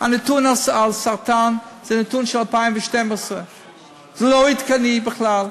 הנתון על סרטן הוא נתון של 2012. זה לא עדכני בכלל.